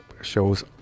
shows